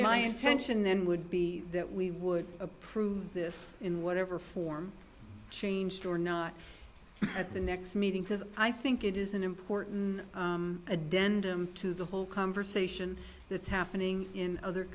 my attention then would be that we would approve this in whatever form changed or not at the next meeting because i think it is an important a dent to the whole conversation that's happening in other